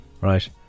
right